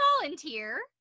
volunteer